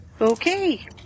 Okay